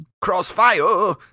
Crossfire